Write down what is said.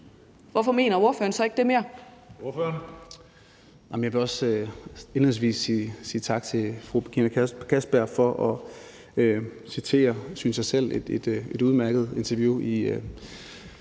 Hvorfor mener ordføreren ikke det længere?